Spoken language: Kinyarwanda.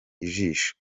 ijisho